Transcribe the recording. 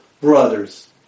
brothers